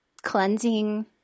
Cleansing